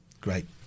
Great